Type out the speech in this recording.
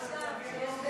עכשיו כשיש,